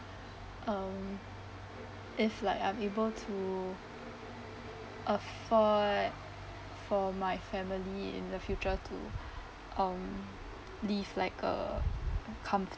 um if like I'm able to afford for my family in the future to um live like uh